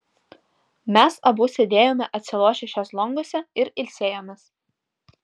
mes abu sėdėjome atsilošę šezlonguose ir ilsėjomės